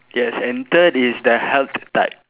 yes and third is the health type